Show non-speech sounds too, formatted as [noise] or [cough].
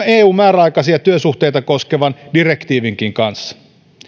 [unintelligible] eun määräaikaisia työsuhteita koskevan direktiivinkin kanssa